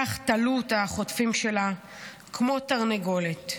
כך תלו אותה החוטפים שלה כמו תרנגולת,